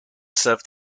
serve